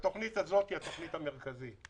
התוכנית הזאת היא התוכנית המרכזית.